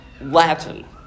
Latin